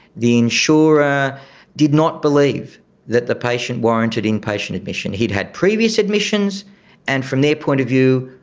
the insurer did not believe that the patient warranted in-patient admission. he had had previous admissions and from their point of view,